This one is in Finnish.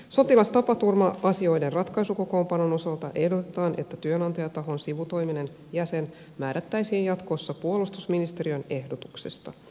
sotilastapaturma asioiden ratkaisukokoonpanon osalta ehdotetaan että työnantajatahon sivutoiminen jäsen määrättäisiin jatkossa puolustusministeriön ehdotuksesta